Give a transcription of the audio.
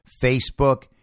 Facebook